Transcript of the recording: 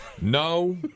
No